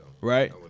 Right